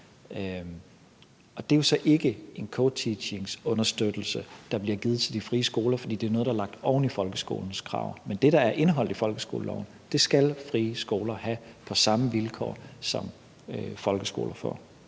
Det er jo så ikke en understøttelse af co-teaching, der bliver givet til de frie skoler, for det er noget, der er lagt oven i folkeskolens krav. Men det, der er indeholdt i folkeskoleloven, skal frie skoler have på samme vilkår, som folkeskolen har.